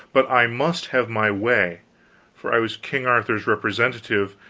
but i must have my way for i was king arthur's representative,